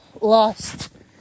...lost